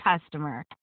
customer